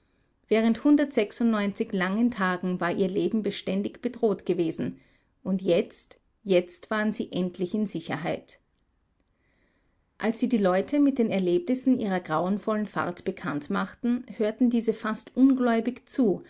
während hundertsechsundneunzig langen tagen war ihr leben beständig bedroht gewesen und jetzt jetzt waren sie endlich in sicherheit als sie die leute mit den erlebnissen ihrer grauenvollen fahrt bekanntmachten hörten diese fast ungläubig zu